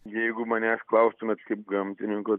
jeigu manęs klaustumėt kaip gamtininko